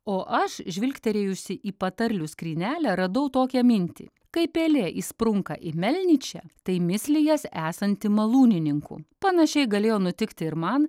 o aš žvilgterėjusi į patarlių skrynelę radau tokią mintį kai pelė išsprunka į melnyčią tai mislijas esanti malūnininkų panašiai galėjo nutikti ir man